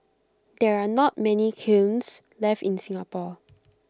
there are not many kilns left in Singapore